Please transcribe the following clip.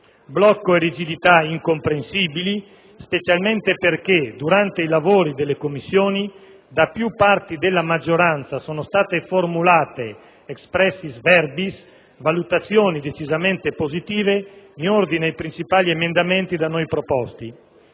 blocco e di rigidità incomprensibili, specialmente perché, durante i lavori delle Commissioni, da più parti della maggioranza sono state formulate, *expressis verbis*, valutazioni decisamente positive in ordine ai principali emendamenti da noi proposti.